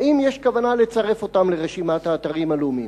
האם יש כוונה לצרף אותם לרשימת האתרים הלאומיים?